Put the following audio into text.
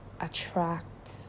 attract